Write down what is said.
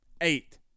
Eight